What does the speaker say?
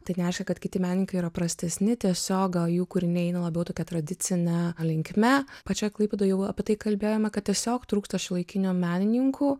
tai nereiškia kad kiti menininkai yra prastesni tiesiog gal jų kūriniai eina labiau tokia tradicine linkme pačioj klaipėdoj jau apie tai kalbėjome kad tiesiog trūksta šiuolaikinių menininkų